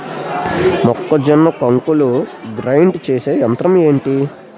మొక్కజొన్న కంకులు గ్రైండ్ చేసే యంత్రం ఏంటి?